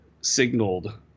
signaled